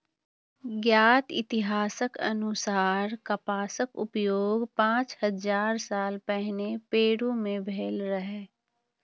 ज्ञात इतिहासक अनुसार कपासक उपयोग पांच हजार साल पहिने पेरु मे भेल रहै